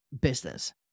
business